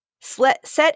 set